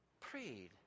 Prayed